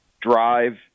drive